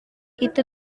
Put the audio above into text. itu